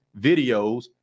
videos